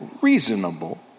reasonable